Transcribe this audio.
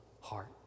heart